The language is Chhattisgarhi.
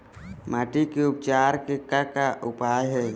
माटी के उपचार के का का उपाय हे?